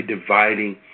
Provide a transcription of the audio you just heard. dividing